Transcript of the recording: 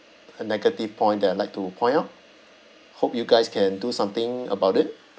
a negative point that I'd like to point out hope you guys can do something about it